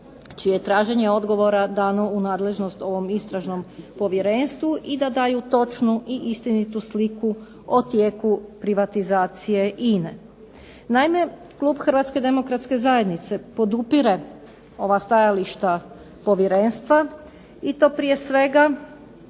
čije je traženje odgovora dano u nadležnost ovog Istražnom povjerenstvu i da daju točnu i istinitu sliku o tijeku privatizacije INA-e. Naime, klub Hrvatske demokratske zajednice podupire ova stajališta Povjerenstva i to prije svega